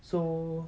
so